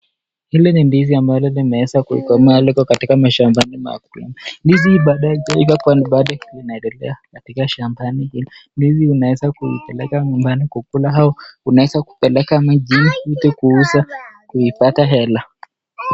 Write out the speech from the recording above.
Hili ni ndizi ambalo limeweza kukomaa, liko katika mashambani. Ndizi bado haijaiva inaelekea katika shamba kwani hili ndizi unaeza kuipeleka nyumbani kukula au unaeza peleka mjini kuuza, kuipata hela.